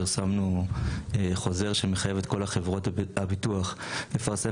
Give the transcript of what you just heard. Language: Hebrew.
פרסמנו חוזר שמחייב את כל חברות הביטוח לפרסם